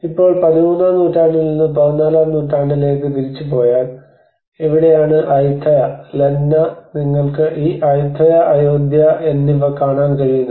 ഇപ്പോൾ പതിമൂന്നാം നൂറ്റാണ്ടിൽ നിന്ന് പതിനാലാം നൂറ്റാണ്ടിലേക്ക് തിരിച്ചുപോയാൽ ഇവിടെയാണ് അയ്യൂതായ ലന്ന നിങ്ങൾക്ക് ഈ അയോത്തയ അയോദ്ധ്യ എന്നിവ കാണാൻ കഴിയുന്നത്